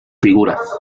figuras